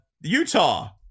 Utah